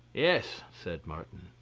yes, said martin,